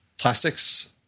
Plastics